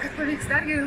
kad pavyks dar gi